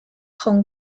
hong